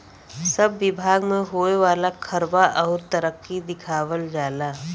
सब बिभाग मे होए वाला खर्वा अउर तरक्की दिखावल जाला